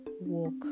walk